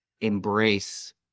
embrace